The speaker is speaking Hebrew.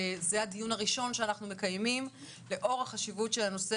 זה הדיון הראשון שאנחנו מקיימים לאור החשיבות של הנושא